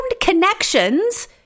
connections